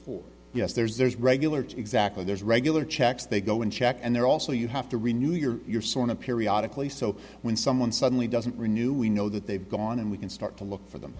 for yes there's there's regular to exactly there's regular checks they go and check and they're also you have to renew your sorn a periodic place so when someone suddenly doesn't renew we know that they've gone and we can start to look for them